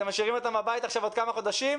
אתם משאירים אותם בבית עכשיו עוד כמה חודשים?